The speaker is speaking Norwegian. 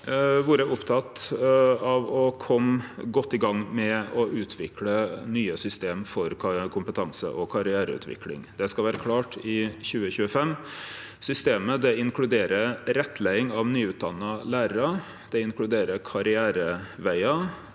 Me har vore opptekne av å kome godt i gang med å utvikle nye system for kompetanse- og karriereutvikling. Det skal vere klart i 2025. Systemet inkluderer rettleiing av nyutdanna lærarar, det inkluderer